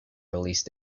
release